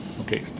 Okay